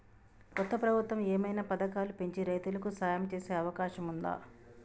కొత్త ప్రభుత్వం ఏమైనా పథకాలు పెంచి రైతులకు సాయం చేసే అవకాశం ఉందా?